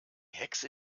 hexe